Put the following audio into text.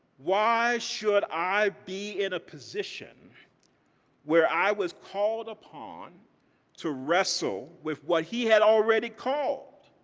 why should i be in a position where i was called upon to wrestle with what he had already called